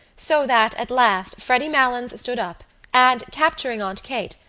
so that, at last, freddy malins stood up and, capturing aunt kate,